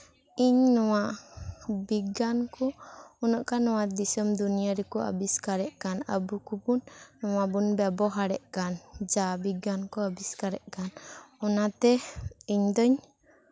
ᱤᱧ ᱱᱚᱣᱟ ᱵᱤᱜᱽᱜᱟᱱ ᱠᱚ ᱩᱱᱟᱹᱜ ᱜᱟᱱ ᱱᱚᱣᱟ ᱫᱤᱥᱚᱢ ᱫᱩᱱᱤᱭᱟᱹ ᱨᱮᱠᱚ ᱟᱵᱤᱥᱠᱟᱨᱮᱫ ᱠᱟᱱ ᱟᱵᱚ ᱠᱚᱵᱚᱱ ᱱᱚᱣᱟ ᱠᱚᱵᱚᱦᱟᱨᱮᱫ ᱠᱟᱱ ᱡᱟ ᱵᱤᱜᱽᱜᱟᱱ ᱠᱚ ᱟᱵᱤᱥᱠᱟᱨᱮᱫ ᱠᱟᱱ ᱚᱱᱟᱛᱮ ᱤᱧ ᱫᱩᱧ